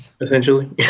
essentially